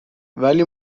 ولی